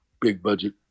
big-budget